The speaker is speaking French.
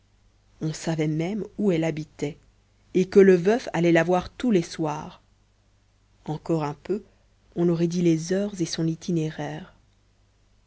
on savait même où elle habitait et que le veuf allait la voir tous les soirs encore un peu on aurait dit les heures et son itinéraire